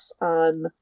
on